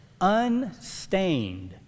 unstained